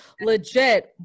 legit